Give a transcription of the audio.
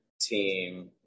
team